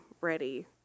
ready